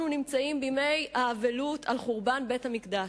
אנחנו נמצאים בימי האבלות על בית-המקדש.